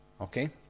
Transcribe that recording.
Okay